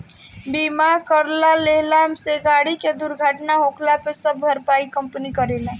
बीमा करा लेहला से गाड़ी के दुर्घटना होखला पे सब भरपाई कंपनी करेला